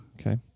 okay